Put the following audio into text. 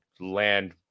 land